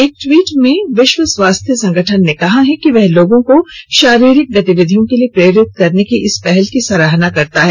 एक ट्वीट में विश्व स्वास्थ्य संगठन ने कहा है कि वह लोगों को शारीरिक गतिविधियों के लिए प्रेरित करने की इस पहल की सराहना करता है